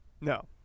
No